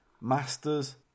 Masters